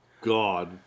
God